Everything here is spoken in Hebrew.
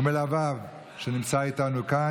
ומלוויו, הוא נמצא איתנו כאן.